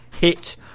Hit